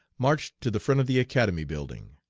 marched to the front of the academy building.